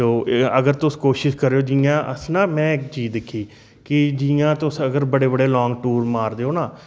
ते ओह् अगर तुस कोशिश करेओ जियां अस ना में इक चीज दिक्खी के जियां तुस अगर बड़े बड़े लांग टूर मारदे हो ना